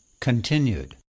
continued